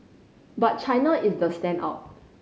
but China is the standout